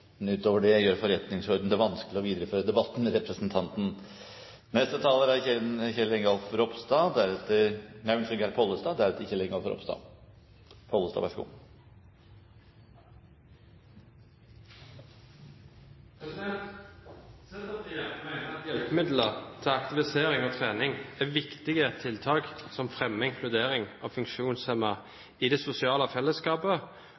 utover det gjør forretningsordenen det vanskelig å videreføre debatten med representanten. Senterpartiet mener at hjelpemidler til aktivisering og trening er viktige tiltak som fremmer inkludering av funksjonshemmede i det sosiale fellesskapet, og som virker forebyggende i et helseperspektiv. Det er